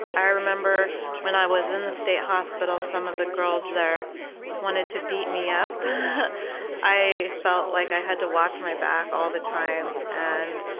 i remember when i was in the state hospital some of the girls there wanted to beat me up. i felt like i had to watch my back all the time and